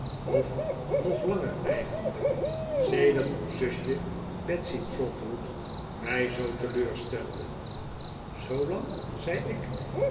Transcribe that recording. of nog langer eigenlijk sedert uw zusje betsey trotwood mij zoo teleurstelde zoo lang zei ik